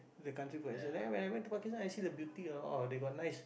the country for myself then when I went Pakistan I see the beauty a'ah they got nice